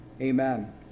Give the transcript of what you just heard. Amen